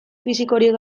fisikorik